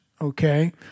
Okay